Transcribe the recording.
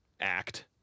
act